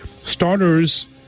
Starters